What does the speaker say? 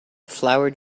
flowered